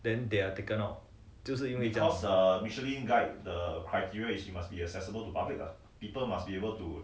then they are taken out 就是因为这样